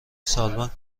سالمند